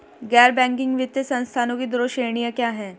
गैर बैंकिंग वित्तीय संस्थानों की दो श्रेणियाँ क्या हैं?